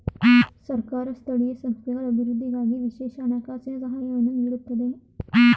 ಸರ್ಕಾರ ಸ್ಥಳೀಯ ಸಂಸ್ಥೆಗಳ ಅಭಿವೃದ್ಧಿಗಾಗಿ ವಿಶೇಷ ಹಣಕಾಸಿನ ಸಹಾಯವನ್ನು ನೀಡುತ್ತದೆ